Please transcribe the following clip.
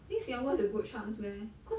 think singapore has a good chance leh cause